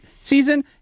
season